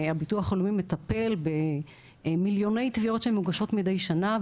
הביטוח הלאומי מטפל במליוני תביעות שמוגשות מדי שנה,